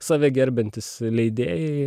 save gerbiantys leidėjai